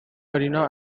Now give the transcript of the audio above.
mariana